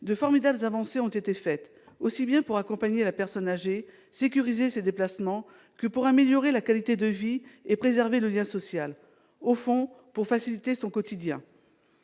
de formidables avancées ont été faites, aussi bien pour accompagner la personne âgée et sécuriser ses déplacements que pour améliorer sa qualité de vie et préserver son lien social, pour, au fond, faciliter son quotidien.